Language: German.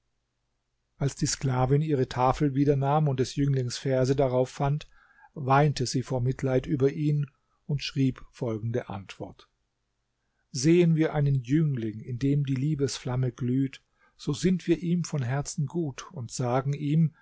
als die sklavin ihre tafel wieder nahm und des jünglings verse darauf fand weinte sie vor mitleid über ihn und schrieb folgende antwort sehen wir einen jüngling in dem die liebesflamme glüht so sind wir ihm von herzen gut und sagen ihm